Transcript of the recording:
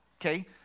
Okay